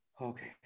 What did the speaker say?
Okay